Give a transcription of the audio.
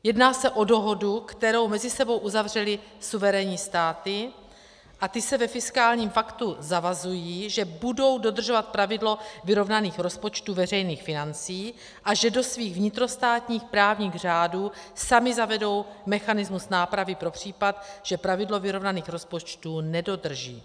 Jedná se o dohodu, kterou mezi sebou uzavřely suverénní státy, a ty se ve fiskálním paktu zavazují, že budou dodržovat pravidlo vyrovnaných rozpočtů veřejných financí a že do svých vnitrostátních právních řádů samy zavedou mechanismus nápravy pro případ, že pravidlo vyrovnaných rozpočtů nedodrží.